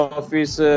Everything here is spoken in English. office